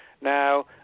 Now